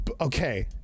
okay